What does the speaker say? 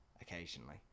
occasionally